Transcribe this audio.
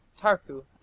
Tarku